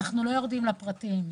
אנו לא יורדים לפרטים.